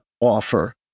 offer